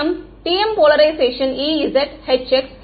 TM polarisation Ez Hx Hy